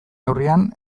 neurrian